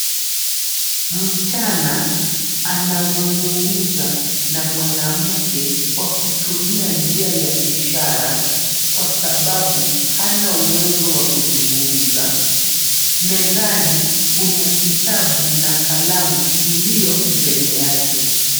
Msichana anazungumza na mwanamke kwa kutumia njia ya ishara kwa sababu hana uwezo wa kuzungumza. Mezani kuna kitabu na kalamu iliyo mbele yake.